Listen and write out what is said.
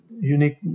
unique